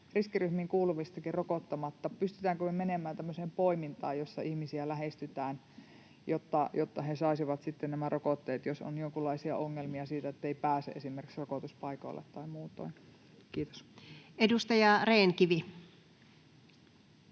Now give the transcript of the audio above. riskiryhmiin kuuluvistakin on vielä rokottamatta. Pystytäänkö me menemään tämmöiseen poimintaan, jossa ihmisiä lähestytään, jotta he saisivat sitten nämä rokotteet, jos on jonkunlaisia ongelmia siinä, ettei pääse esimerkiksi rokotuspaikoille tai muutoin? — Kiitos. Edustaja Rehn-Kivi.